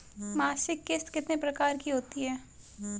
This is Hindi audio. मासिक किश्त कितने प्रकार की होती है?